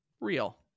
Real